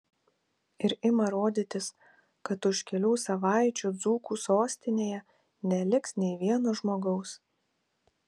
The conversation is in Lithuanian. ir ima rodytis kad už kelių savaičių dzūkų sostinėje neliks nei vieno žmogaus